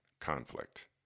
conflict